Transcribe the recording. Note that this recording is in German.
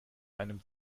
einem